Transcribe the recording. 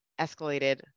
escalated